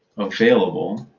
available